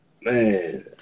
man